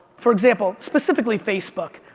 for example, specifically facebook,